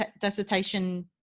dissertation